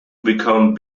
become